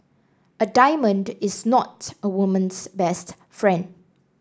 a diamond is not a woman's best friend